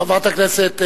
חברת הכנסת ברקוביץ,